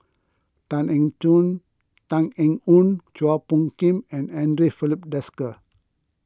Tan Eng Joon Tan Eng Yoon Chua Phung Kim and andre Filipe Desker